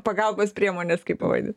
pagalbos priemones kaip pavadin